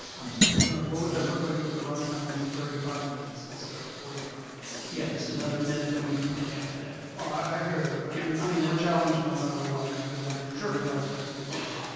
so i'm sorry. no, no. what would that look like if the run time is thirty five minutes instead of forty five minutes? yeah, it's another minute than we currently have today. i hear that but yeah i mean we're challenged no matter what and again, i didn't even realize that until today.